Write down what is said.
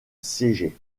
siéger